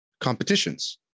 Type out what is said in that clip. competitions